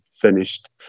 finished